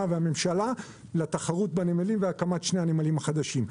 והממשלה לתחרות בנמלים והקמת שני הנמלים החדשים.